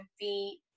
feet